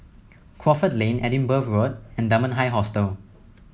Crawford Lane Edinburgh Road and Dunman High Hostel